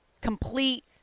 complete